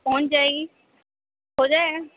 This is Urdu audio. پہنچ جائے گی ہو جائے